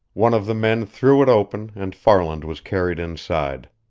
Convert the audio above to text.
one of the men threw it open, and farland was carried inside.